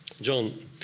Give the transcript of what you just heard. John